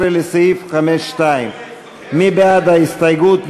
17 לסעיף 5(2). מי בעד ההסתייגות?